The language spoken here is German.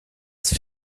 ist